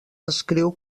descriu